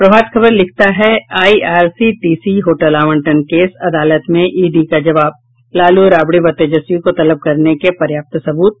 प्रभात खबर लिखता है IRCTC hotel आवंटन कोस अदालत में ईडी का जवाब लालू राबड़ी व तेजस्वी को तलब करने के पर्याप्त सबूत